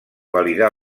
validar